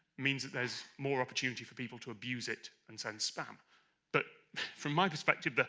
means that there's more opportunity for people to abuse it and send spam but from my perspective, but